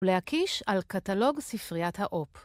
להקיש על קטלוג ספריית האופ.